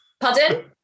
pardon